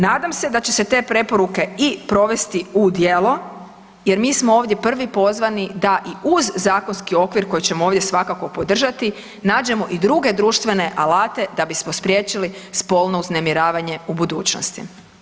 Nadam se da će se te preporuke i provesti u djelo, jer mi smo ovdje prvi pozvani da i uz zakonski okvir koji ćemo ovdje svakako podržati nađemo i druge društvene alate da bismo spriječili spolno uznemiravanje u budućnosti.